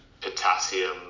potassium